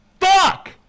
Fuck